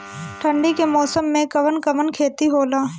ठंडी के मौसम में कवन कवन खेती होला?